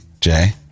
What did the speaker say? Jay